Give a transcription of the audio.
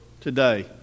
today